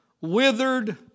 withered